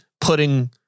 putting